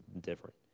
different